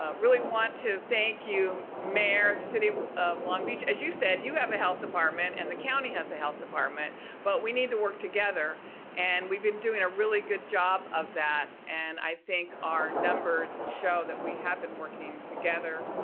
ah really want to thank you mayor, city of long beach, as you said you have a health department and the county has a health department but we need to work together and we've been doing a really good job of that. and i think our numbers show that we have been working together,